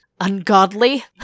Ungodly